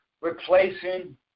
replacing